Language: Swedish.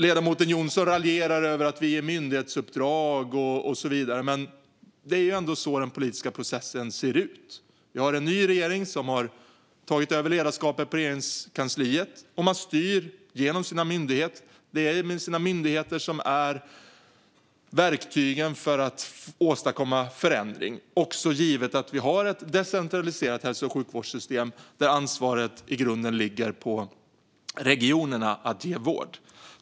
Ledamoten Jonsson raljerar över att vi ger myndighetsuppdrag och så vidare, men det är ju så den politiska processen ser ut. Vi har en ny regering som har tagit över ledarskapet i Regeringskansliet, och man styr genom sina myndigheter. Det är myndigheterna som är verktygen för att åstadkomma förändring, också givet att vi har ett decentraliserat hälso och sjukvårdssystem där ansvaret att ge vård i grunden ligger på regionerna.